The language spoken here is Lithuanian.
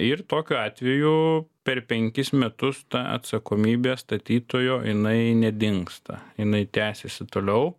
ir tokiu atveju per penkis metus ta atsakomybė statytojo jinai nedingsta jinai tęsiasi toliau